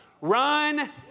Run